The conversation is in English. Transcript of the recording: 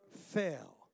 fail